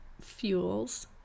fuels